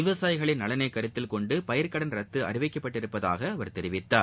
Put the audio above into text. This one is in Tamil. விவசாயிகளின் நலனை கருத்தில் கொண்டு பயிர்க் கடன் ரத்து அறிவிக்கப்பட்டு இருப்பதாக அவர் தெரிவித்தார்